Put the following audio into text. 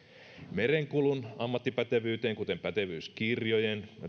merenkulun ammattipätevyyttä kuten pätevyyskirjojen